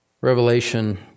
Revelation